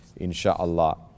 insha'Allah